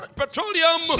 petroleum